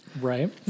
Right